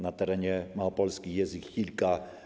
Na terenie Małopolski jest ich kilka.